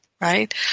right